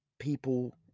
people